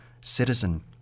citizen